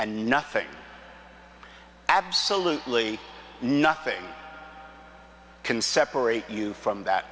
and nothing absolutely nothing can separate you from that